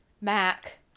Mac